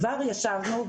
כבר ישבנו,